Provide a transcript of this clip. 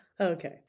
Okay